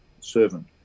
servant